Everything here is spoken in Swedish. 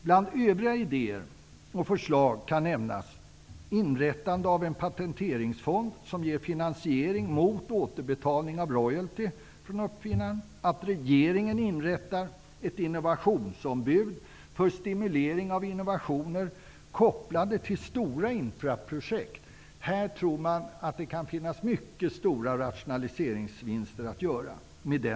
Bland övriga idéer och förslag kan nämnas inrättande av en patenteringsfond som ger finansiering mot återbetalning av royalty från uppfinnaren. Regeringen inrättar ett innovationsombud för stimulering av innovationer kopplade till stora infraprojekt. Med den lösningen tror man att det kan finnas mycket stora rationaliseringsvinster att göra.